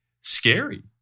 scary